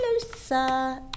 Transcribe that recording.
closer